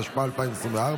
התשפ"ה 2024,